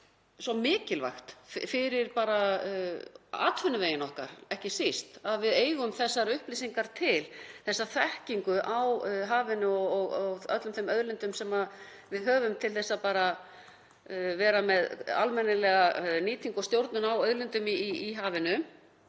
svo mikilvægt, ekki síst fyrir atvinnuvegi okkar, að við eigum þessar upplýsingar til, þessa þekkingu á hafinu og öllum þeim auðlindum sem við höfum til þess að vera með almennilega nýtingu og stjórnun á auðlindum í hafinu.